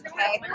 Okay